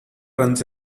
runs